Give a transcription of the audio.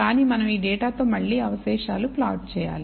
కానీ మనం ఈ డేటాతో మళ్ళీ అవశేషాలు ప్లాట్ చేయాలి